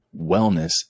wellness